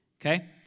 Okay